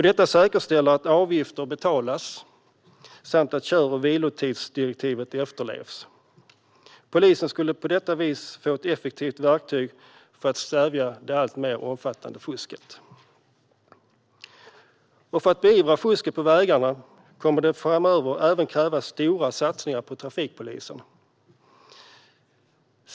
Detta säkerställer att avgifter betalas samt att kör och vilotidsdirektivet efterlevs. Polisen skulle på detta vis få ett effektivt verktyg för att stävja det alltmer omfattande fusket. För att beivra fusket på vägarna kommer det framöver även att krävas stora satsningar på trafikpolisen.